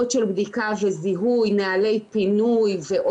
הוועדה ביקשה מהמחלקה לטיפול בהתמכרויות משרד הבריאות לפעול